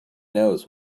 knows